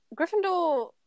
gryffindor